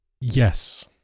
Yes